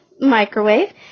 microwave